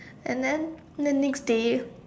and then the next day